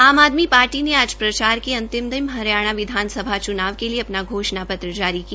आम आदमी पार्टी ने आज प्रचार के अंतिम दिन हरियाणा विधानसभा च्नाव के लिए घोषणा पत्र जारी किया